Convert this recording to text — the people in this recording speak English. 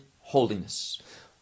holiness